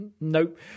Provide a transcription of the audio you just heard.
nope